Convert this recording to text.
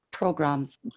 Programs